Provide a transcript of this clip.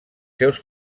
seus